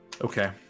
okay